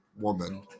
woman